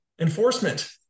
enforcement